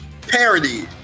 Parody